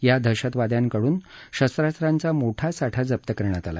या दहशतवाद्यांकडनं शस्त्रास्त्राचा मोठा साठा जप्प करण्यात आला